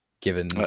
Given